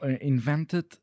invented